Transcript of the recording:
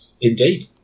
Indeed